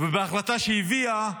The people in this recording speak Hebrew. בהחלטה שהיא הביאה,